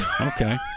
Okay